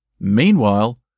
Meanwhile